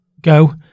go